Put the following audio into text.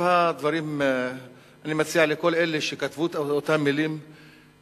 אני מציע לכל אלה שכתבו את אותן מלים,